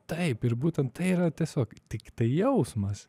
taip ir būtent tai yra tiesiog tiktai jausmas